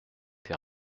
tes